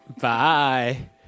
Bye